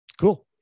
Cool